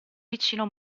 vicino